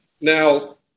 Now